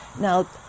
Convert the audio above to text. Now